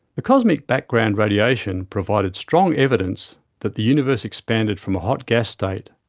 the cosmic background radiation provided strong evidence that the universe expanded from a hot gas state,